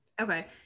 Okay